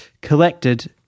collected